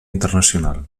internacional